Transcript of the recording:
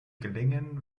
gelingen